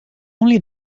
only